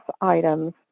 items